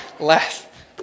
laugh